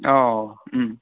औ